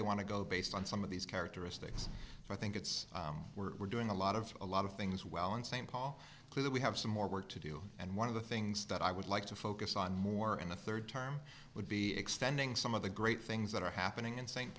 they want to go based on some of these characteristics so i think it's we're doing a lot of a lot of things well in st paul clearly we have some more work to do and one of the things that i would like to focus on more in the third term would be extending some of the great things that are happening in s